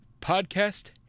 podcast